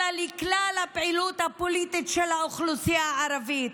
אלא לכלל הפעילות הפוליטית של האוכלוסייה הערבית.